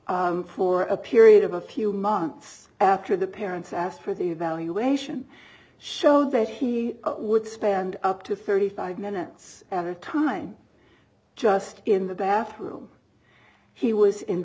notes for a period of a few months after the parents asked for the evaluation show that he would spend up to thirty five minutes at a time just in the bathroom he was